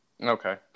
Okay